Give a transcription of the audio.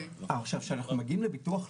כשאנחנו מגיעים לביטוח לאומי,